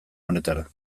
honetara